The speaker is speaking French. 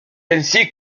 ainsi